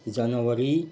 जनवरी